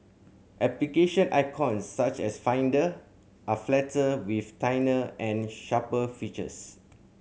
application icons such as Finder are flatter with and sharper features